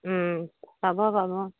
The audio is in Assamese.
পাব পাব